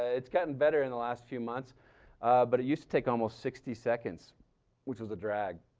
it's gotten better in the last few months but it used to take almost sixty seconds which is a drag.